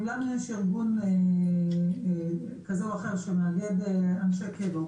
אם לנו יש ארגון כזה או אחר שמאגד אנשי קבע,